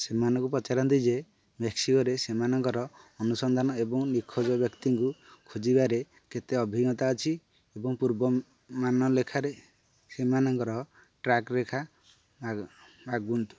ସେମାନଙ୍କୁ ପଚାରନ୍ତୁ ଯେ ମେକ୍ସିକୋରେ ସେମାନଙ୍କର ଅନୁସନ୍ଧାନ ଏବଂ ନିଖୋଜ ବ୍ୟକ୍ତିଙ୍କୁ ଖୋଜିବା ରେ କେତେ ଅଭିଜ୍ଞତା ଅଛି ଏବଂ ପୂର୍ବ ମାନଲେଖାରେ ସେମାନଙ୍କର ଟ୍ରାକ ରେଖା ମାଗନ୍ତୁ